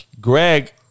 Greg